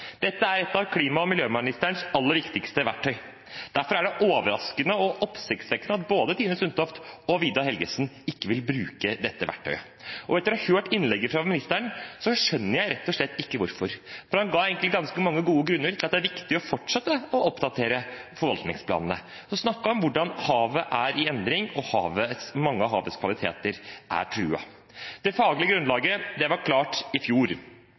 Dette er et av klima- og miljøministerens aller viktigste verktøy. Derfor er det overraskende og oppsiktsvekkende at både Tine Sundtoft og Vidar Helgesen ikke vil bruke dette verktøyet. Og etter å ha hørt innlegget fra ministeren skjønner jeg rett og slett ikke hvorfor, for han ga egentlig ganske mange gode grunner til at det er viktig å fortsette å oppdatere forvaltningsplanene. Han snakket om hvordan havet er i endring, og at mange av havets kvaliteter er truet. Det faglige grunnlaget var klart i fjor.